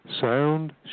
sound